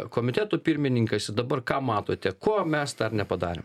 komitetų pirmininkas ir dabar ką matote ko mes dar nepadarėm